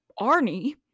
Arnie